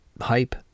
hype